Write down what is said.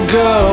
go